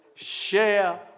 Share